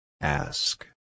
Ask